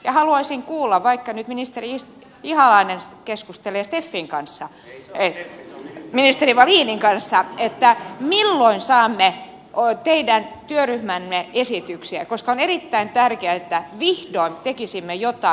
haluaisin kuulla vaikka nyt ministeri ihalainen keskustelee steffin kanssa ministeri wallinin kanssa että milloin saamme teidän työryhmänne esityksiä koska on erittäin tärkeää että vihdoin tekisimme jotain